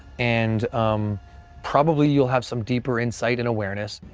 and probably you'll have some deeper insight and awareness.